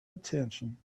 attention